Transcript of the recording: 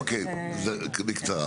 אוקיי, בקצרה.